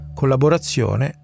collaborazione